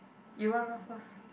you run there first